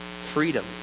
freedom